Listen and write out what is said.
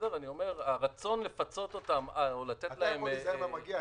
אני אומר: הרצון לפצות אותם או לתת להם --- אתה נזהר מן המילה "מגיע".